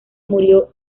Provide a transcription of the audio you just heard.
murió